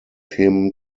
him